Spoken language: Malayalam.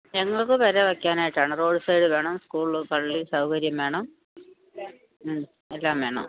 ഞങ്ങൾക്ക് പെര വെക്കാനായിട്ടാണ് റോഡ് സൈഡിൽ വേണം സ്കൂള് പള്ളി സൗകര്യം വേണം എല്ലാം വേണം